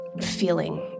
feeling